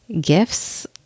gifts